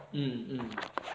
mm mm